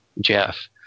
Jeff